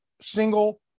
single